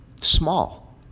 small